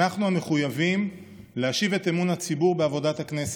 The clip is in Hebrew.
אנחנו המחויבים להשיב את אמון הציבור בעבודת הכנסת,